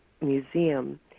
museum